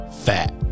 fat